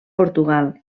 portugal